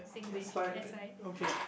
Singlish that's why